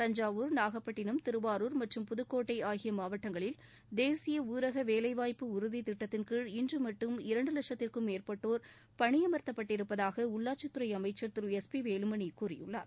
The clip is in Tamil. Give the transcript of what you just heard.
தஞ்சாவூர் நாகப்பட்டினம் திருவாரூர் மற்றும் புதுக்கோட்டை ஆகிய மாவட்டங்களில் தேசிய ஊரக வேலைவாய்ப்பு உறுதித் திட்டத்தின்கீழ் இன்று மேற்பட்டோர் பணியமர்த்தப்பட்டிருப்பதாக உள்ளாட்சித் துறை அமைச்சர் Thiru S P Velumani கூறியுள்ளார்